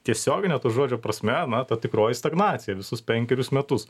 tiesiogine to žodžio prasme na ta tikroji stagnacija visus penkerius metus